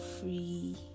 free